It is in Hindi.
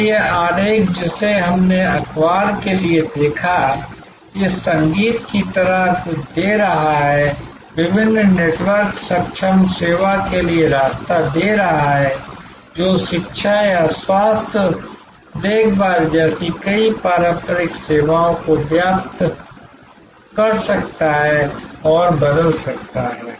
तो यह आरेख जिसे हमने अखबार के लिए देखा इस संगीत की तरह कुछ दे रहा है विभिन्न नेटवर्क सक्षम सेवा के लिए रास्ता दे रहा है जो शिक्षा या स्वास्थ्य देखभाल जैसी कई पारंपरिक सेवाओं को व्याप्त कर सकता है और बदल सकता है